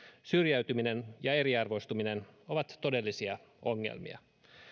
syrjäytyminen ja eriarvoistuminen ovat todellisia ongelmia